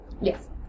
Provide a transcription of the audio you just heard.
Yes